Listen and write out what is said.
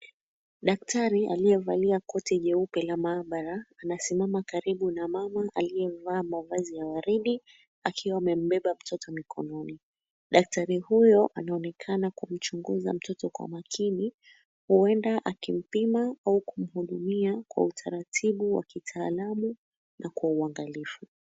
Daktari aliyevalia koti jeupe la maabara, anasimama karibu na mama aliyevaa mavazi ya waridi akiwa amembeba kutoka mkononi. Daktari huyu anaonekana kumchunguza mtoto kwa makini huenda akimpima au kumhurumia kwa utaratibu wa kitaalamu na kwa uangalifu.